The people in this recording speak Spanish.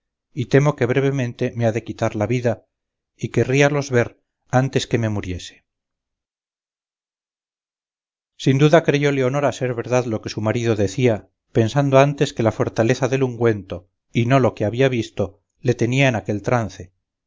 y temo que brevemente me ha de quitar la vida y querríalos ver antes que me muriese sin duda creyó leonora ser verdad lo que su marido le decía pensando antes que la fortaleza del ungüento y no lo que había visto le tenía en aquel trance